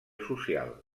social